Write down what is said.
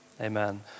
Amen